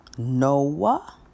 Noah